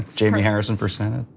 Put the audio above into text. jamie harrison for senate.